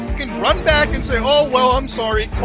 and run back and say, oh, well, i'm sorry.